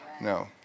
No